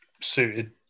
suited